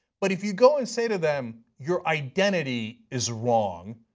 but if you go and say to them, your identity is wrong,